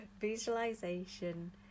Visualization